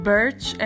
Birch